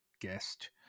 Guest